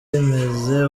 bimeze